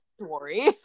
story